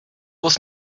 was